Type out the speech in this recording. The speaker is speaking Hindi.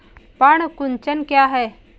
पर्ण कुंचन क्या है?